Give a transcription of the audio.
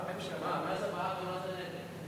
מה זה בעד ומה זה נגד?